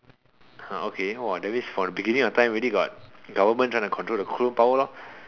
!huh! okay !wah! that means from the beginning of time already got government trying to control the clone power lor